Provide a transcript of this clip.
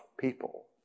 people